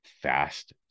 fast